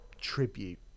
tribute